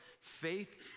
faith